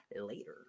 later